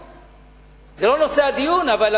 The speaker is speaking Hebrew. אבל,